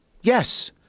Yes